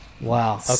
Wow